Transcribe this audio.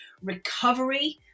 recovery